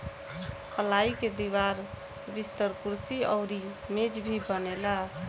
पलाई के दीवार, बिस्तर, कुर्सी अउरी मेज भी बनेला